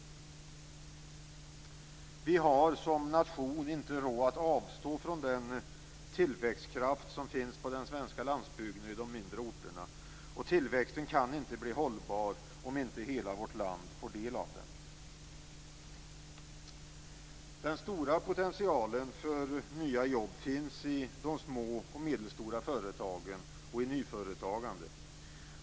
Som nation har vi inte råd att avstå från den tillväxtkraft som finns på den svenska landsbygden och på de mindre orterna. Tillväxten kan inte bli hållbar om inte hela vårt land får del av den. Den stora potentialen för nya jobb finns i de små och medelstora företagen och i nyföretagandet.